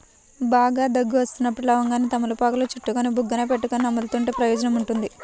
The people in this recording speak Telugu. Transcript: బాగా దగ్గు వస్తున్నప్పుడు లవంగాన్ని తమలపాకులో చుట్టుకొని బుగ్గన పెట్టుకొని నములుతుంటే ప్రయోజనం ఉంటుంది